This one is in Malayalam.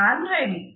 ഞാൻ റെഡി